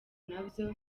nabyo